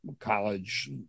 college